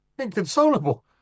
Inconsolable